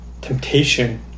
temptation